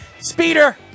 Speeder